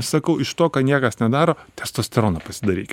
sakau iš to ką niekas nedaro testosterono pasidaryk